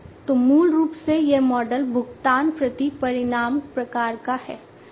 तो मूल रूप से यह मॉडल भुगतान प्रति परिणाम प्रकार का है